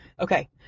Okay